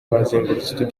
bazengurutse